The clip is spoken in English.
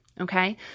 Okay